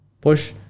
push